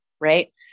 right